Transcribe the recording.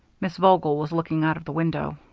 miss vogel was looking out of the window.